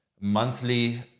monthly